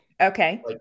Okay